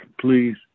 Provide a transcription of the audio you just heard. Please